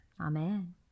Amen